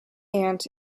ant